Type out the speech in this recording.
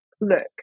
look